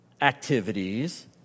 activities